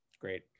great